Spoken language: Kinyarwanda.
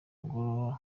ngoro